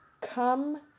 Come